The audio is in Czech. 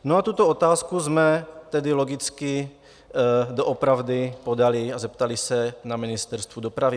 A tuto otázku jsme tedy logicky doopravdy podali a zeptali se na Ministerstvu dopravy.